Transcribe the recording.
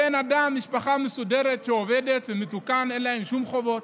בן אדם, משפחה מסודרת, עובדים ואין להם שום חובות.